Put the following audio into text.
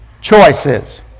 choices